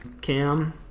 Cam